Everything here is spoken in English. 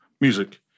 music